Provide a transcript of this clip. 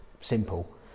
simple